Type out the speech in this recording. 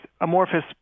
amorphous